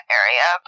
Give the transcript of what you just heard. area